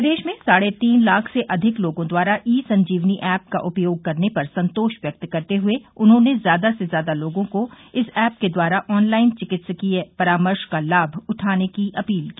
प्रदेश में साढ़े तीन लाख से अधिक लोगों द्वारा ई संजीवनी एप का उपयोग करने पर संतोष व्यक्त करते हए उन्होंने ज्यादा से ज्यादा लोगों को इस एप के द्वारा ऑनलाइन चिकित्सकीय परामर्श का लाभ उठाने की अपील की